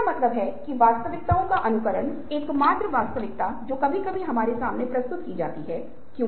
बच्चे की तरह जिज्ञासा रखे और चौकस रहें पूछते रहें कि क्यों